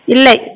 இல்லை